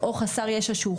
או חסר ישע שהוא חולה,